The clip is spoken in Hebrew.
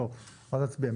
לא, אז נצביע.